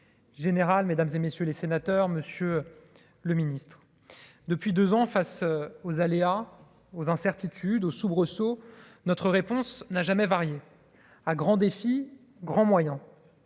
général, mesdames et messieurs les sénateurs, Monsieur le Ministre, depuis 2 ans face aux aléas et aux incertitudes, aux soubresauts notre réponse n'a jamais varié à grand défi, grands moyens